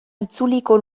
itzuliko